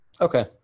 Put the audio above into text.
Okay